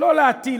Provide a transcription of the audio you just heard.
לא להטיל,